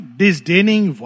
disdaining